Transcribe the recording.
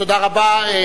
תודה רבה.